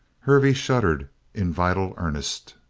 hervey shuddered in vital earnest.